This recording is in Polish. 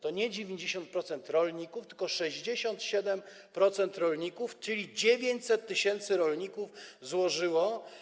To nie 90% rolników, tylko 67% rolników, czyli 900 tys. rolników złożyło.